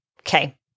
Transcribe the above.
Okay